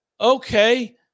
okay